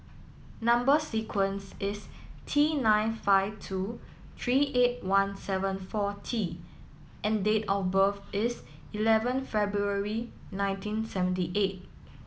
number sequence is T nine five two three eight one seven four T and date of birth is eleven February nineteen seventy eight